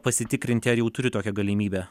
pasitikrinti ar jau turi tokią galimybę